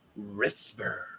Ritzberg